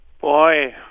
Boy